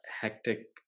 hectic